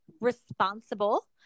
responsible